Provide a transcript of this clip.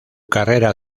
carrera